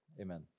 amen